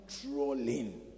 controlling